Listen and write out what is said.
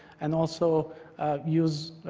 and also use